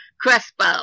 Crespo